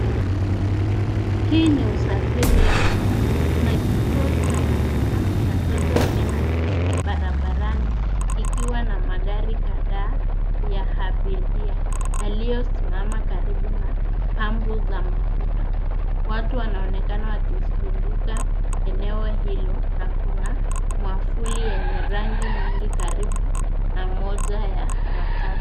Hii ni usafiri ya umma. Kuna kituo cha mafuta cha Total Energies barabarani kikiwa na magari kadhaa ya abiria yaliyosimama karibu na pampu za mafuta. Watu wanaoenekana wakizunguka eneo hilo na kuna mwavuli yenye rangi nyingi karibu na moja ya matatu.